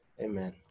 amen